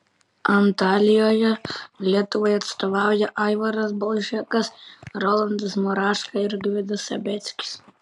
antalijoje lietuvai atstovauja aivaras balžekas rolandas muraška ir gvidas sabeckis